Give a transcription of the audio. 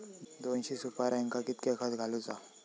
दोनशे सुपार्यांका कितक्या खत घालूचा?